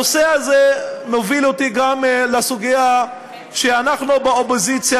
הנושא הזה מוביל אותי גם לסוגיה שאנחנו באופוזיציה